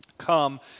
Come